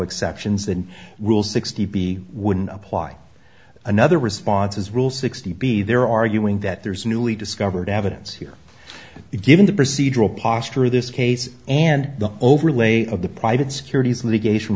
exceptions and rules sixty b wouldn't apply another response is rule sixty b there arguing that there's newly discovered evidence here given the procedural posture of this case and the overlay of the private securities litigation